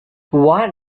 what